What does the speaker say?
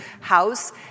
house